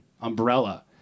umbrella